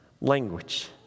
language